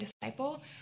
disciple